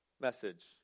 message